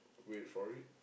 wait for it